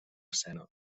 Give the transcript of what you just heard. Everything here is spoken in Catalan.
escena